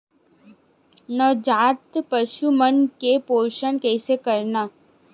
नवजात पशु मन के पोषण कइसे करन?